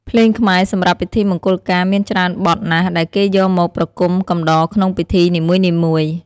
ភ្លេងខ្មែរសំរាប់ពិធីមង្គលការមានច្រើនបទណាស់ដែលគេយកមកប្រគំកំដរក្នុងពិធីនីមួយៗ។